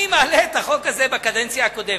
אני מעלה את החוק הזה בקדנציה הקודמת,